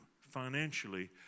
financially